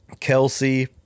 Kelsey